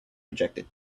rejected